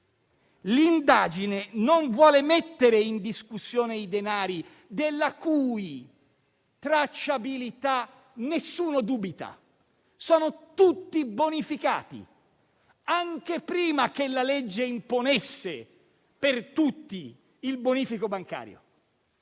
L'indagine non vuole mettere in discussione i denari, della cui tracciabilità nessuno dubita. Sono tutti bonificati, anche prima che la legge imponesse per tutti il bonifico bancario.